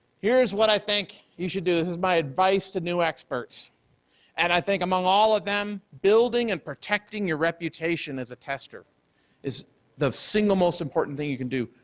here's what i think you should do. this is my advice to new experts and i think among all of them, building and protecting your reputation as a tester is the single most important thing you can do,